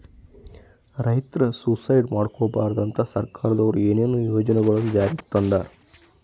ರೈತರ್ ಸುಯಿಸೈಡ್ ಮಾಡ್ಕೋಬಾರ್ದ್ ಅಂತಾ ಸರ್ಕಾರದವ್ರು ಏನೇನೋ ಯೋಜನೆಗೊಳ್ ಜಾರಿಗೆ ತಂದಾರ್